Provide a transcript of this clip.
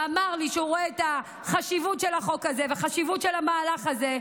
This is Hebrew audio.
הוא אמר לי שהוא רואה את החשיבות של החוק הזה והחשיבות של המהלך הזה.